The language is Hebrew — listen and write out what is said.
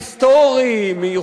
היסטורי, במצרים.